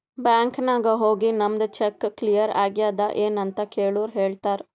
bank ನಾಗ್ ಹೋಗಿ ನಮ್ದು ಚೆಕ್ ಕ್ಲಿಯರ್ ಆಗ್ಯಾದ್ ಎನ್ ಅಂತ್ ಕೆಳುರ್ ಹೇಳ್ತಾರ್